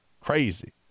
Crazy